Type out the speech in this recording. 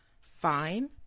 Fine